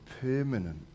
permanent